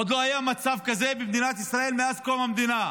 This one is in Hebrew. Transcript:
עוד לא היה מצב כזה במדינת ישראל מאז קום המדינה,